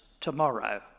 tomorrow